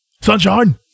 Sunshine